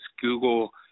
Google